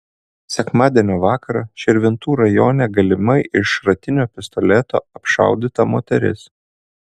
sekmadienio vakarą širvintų rajone galimai iš šratinio pistoleto apšaudyta moteris